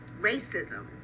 racism